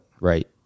Right